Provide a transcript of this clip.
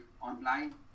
online